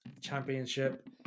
Championship